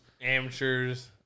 Amateurs